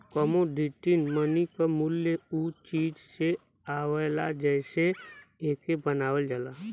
commodity money क मूल्य उ चीज से आवला जेसे एके बनावल जाला